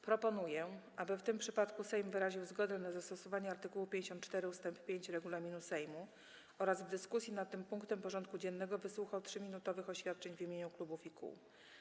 Proponuję, aby w tym przypadku Sejm wyraził zgodę na zastosowanie art. 54 ust. 5 regulaminu Sejmu oraz w dyskusji nad tym punktem porządku dziennego wysłuchał 3-minutowych oświadczeń w imieniu klubów i kół.